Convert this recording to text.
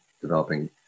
developing